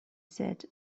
said